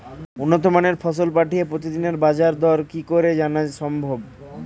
উন্নত মানের ফসল পাঠিয়ে প্রতিদিনের বাজার দর কি করে জানা সম্ভব?